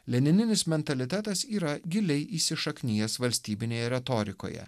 lenininis mentalitetas yra giliai įsišaknijęs valstybinėje retorikoje